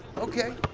okay.